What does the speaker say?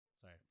Sorry